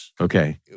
Okay